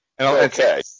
Okay